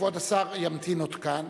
כבוד השר עוד ימתין כאן,